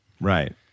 Right